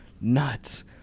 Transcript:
nuts